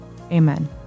Amen